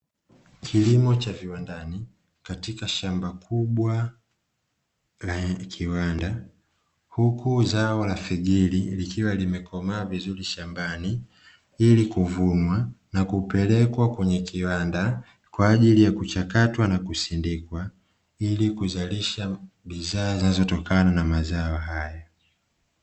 Kilimo cha viwandani katika shamba kubwa la kiwanda, huku zao la figiri likiwa limekomaa vizuri shambani, ili kuvunwa na kupelekwa kwenye kiwanda kwa ajili ya kuchakatwa na kusindikwa ili kuzalisha bidhaa zinazotokana na mazao haya.